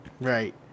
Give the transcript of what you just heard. Right